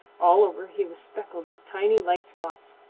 all over he was speckled with tiny light spots.